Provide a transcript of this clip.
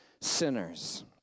sinners